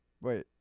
Wait